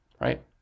right